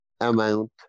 amount